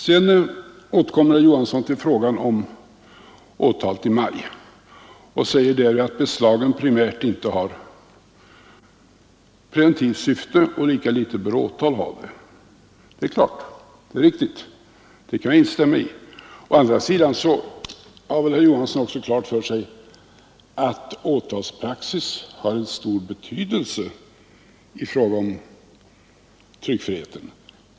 Sedan återkommer herr Johansson till frågan om åtal i maj och säger att ett beslag primärt inte har preventivt syfte och lika litet bör ett åtal ha det. Det är riktigt, det kan jag instämma i. Å andra sidan har väl herr Johansson klart för sig att åtalspraxis har en stor betydelse i fråga om tryckfriheten?